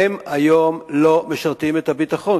היום הם לא משרתים את הביטחון.